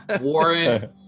Warren